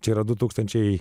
čia yra du tūkstančiai